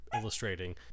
illustrating